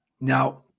Now